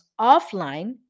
offline